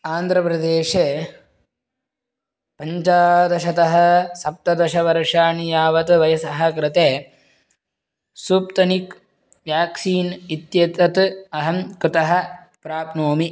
आन्ध्रप्रदेशे पञ्चदशतः सप्तदशवर्षाणि यावत् वयसः कृते सूप्तनिक् व्याक्सीन् इत्येतत् अहं कुतः प्राप्नोमि